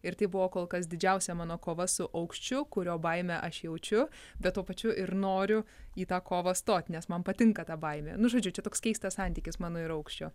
ir tai buvo kol kas didžiausia mano kova su aukščiu kurio baimę aš jaučiu bet tuo pačiu ir noriu į tą kovą stot nes man patinka ta baimė nu žodžiu čia toks keistas santykis mano ir aukščio